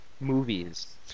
movies